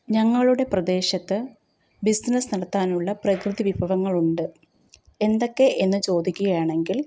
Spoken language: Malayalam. ഞങ്ങളുടെ പ്രദേശത്ത് ബിസിനസ് നടത്താനുള്ള പ്രകൃതി വിഭവങ്ങളുണ്ട് എന്തൊക്കെ എന്ന് ചോദിക്കുകയാണെങ്കിൽ